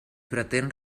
pretén